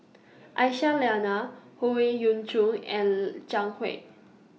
Aisyah Lyana Howe Yoon Chong and Zhang Hui